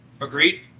Agreed